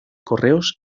correos